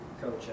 Coach